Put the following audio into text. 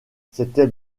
c’était